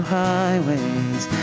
highways